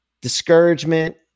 discouragement